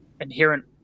inherent